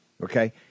Okay